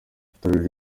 itorero